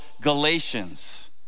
Galatians